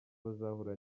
bazahura